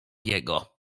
jego